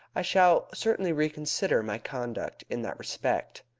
i shall certainly reconsider my conduct in that respect.